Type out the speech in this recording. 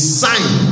sign